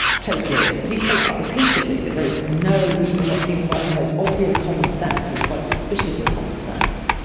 totally. but he states that repeatedly, that there is no, even what seems like the most obvious common sense, he was quite suspicious of common sense.